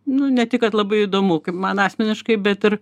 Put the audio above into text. nu ne tik kad labai įdomu kaip man asmeniškai bet ir